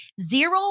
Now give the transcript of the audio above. zero